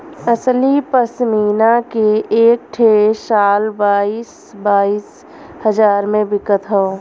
असली पश्मीना के एक ठे शाल बाईस बाईस हजार मे बिकत हौ